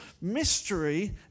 mystery